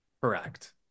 Correct